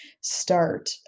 start